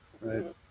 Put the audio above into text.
Right